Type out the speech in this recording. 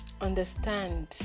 understand